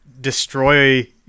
destroy